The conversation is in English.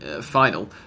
final